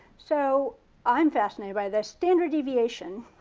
so i'm fascinated by this. standard deviation.